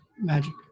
magic